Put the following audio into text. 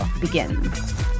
begins